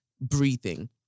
Breathing